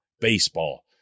baseball